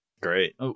Great